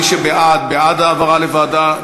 מי שבעד, בעד העברה לוועדה.